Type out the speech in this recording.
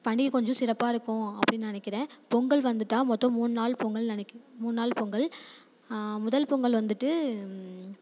பண்டிகை கொஞ்சம் சிறப்பாக இருக்கும் அப்படினு நினைக்கிறேன் பொங்கல் வந்துவிட்டா மொத்தம் மூணு நாள் பொங்கல் நினைக் மூணு நாள் பொங்கல் முதல் பொங்கல் வந்துட்டு